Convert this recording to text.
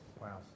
Wow